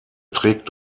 trägt